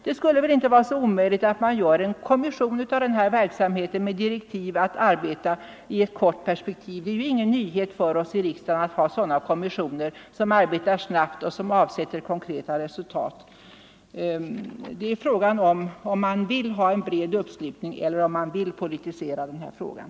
Det skulle väl inte vara så omöjligt att i detta fall tillsätta en kommission med direktiv att arbeta i ett kort perspektiv. Det är ju ingen nyhet för oss här i riksdagen att ha sådana kommissioner som arbetar snabbt och som avsätter konkreta resultat. Jag undrar: Vill man ha en bred uppslutning här, eller vill man politisera hela den här frågan?